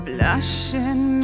Blushing